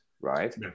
right